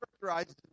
characterizes